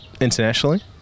internationally